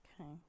Okay